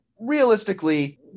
realistically